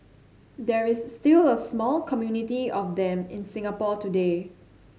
there is still a small community of them in Singapore today